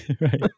Right